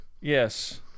Yes